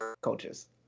coaches